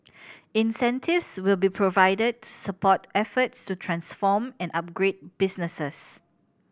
incentives will be provided to support efforts to transform and upgrade businesses